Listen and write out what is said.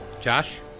Josh